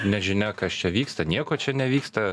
nežinia kas čia vyksta nieko čia nevyksta